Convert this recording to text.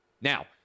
Now